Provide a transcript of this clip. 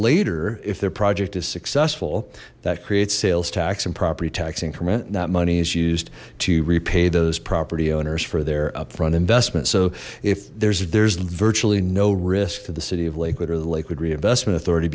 later if their project is successful that creates sales tax and property tax increment and that money is used to repay those property owners for their upfront investment so if there's there's virtually no risk for the city of lakewood or the lakewood reinvestment authority